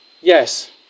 Yes